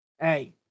Hey